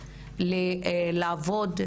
לעבוד,